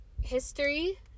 history